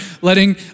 Letting